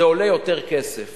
זה עולה יותר כסף.